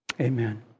Amen